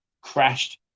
crashed